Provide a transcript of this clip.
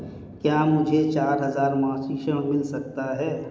क्या मुझे चार हजार मासिक ऋण मिल सकता है?